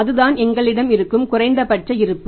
அதுதான் எங்களிடம் இருக்கும் குறைந்தபட்ச இருப்பு